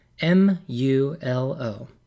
M-U-L-O